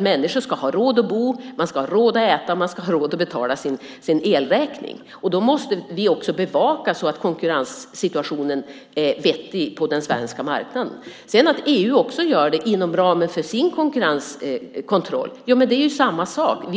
Människor ska ha råd att bo, att äta och att betala sin elräkning. Då måste vi också bevaka så att konkurrenssituationen är vettig på den svenska marknaden. Att sedan EU också gör det inom ramen för sin konkurrenskontroll är egentligen samma sak.